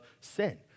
sin